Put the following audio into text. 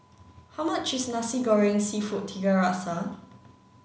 how much is Nasi Goreng seafood Tiga Rasa